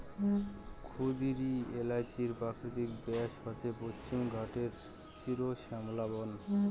ক্ষুদিরী এ্যালাচির প্রাকৃতিক বাস হসে পশ্চিমঘাটের চিরশ্যামলা বন